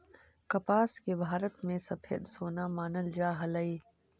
कपास के भारत में सफेद सोना मानल जा हलई